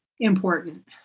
important